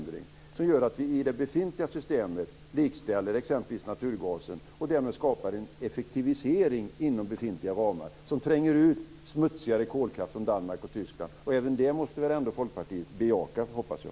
Det gör att vi i det befintliga systemet likställer exempelvis naturgasen. Därmed skapar vi en effektivisering inom befintliga ramar som tränger ut smutsigare kolkraft från Danmark och Tyskland. Även det måste väl ändå Folkpartiet bejaka, hoppas jag.